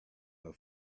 her